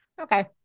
okay